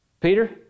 Peter